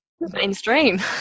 mainstream